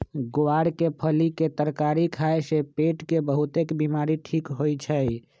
ग्वार के फली के तरकारी खाए से पेट के बहुतेक बीमारी ठीक होई छई